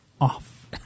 off